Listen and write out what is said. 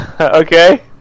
Okay